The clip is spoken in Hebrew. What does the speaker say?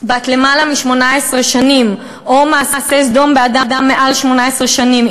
בת למעלה מ-18 שנים או מעשה סדום באדם מעל 18 שנים,